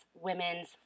Women's